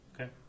okay